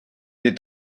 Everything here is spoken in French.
est